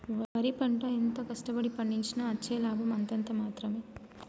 వరి పంట ఎంత కష్ట పడి పండించినా అచ్చే లాభం అంతంత మాత్రవే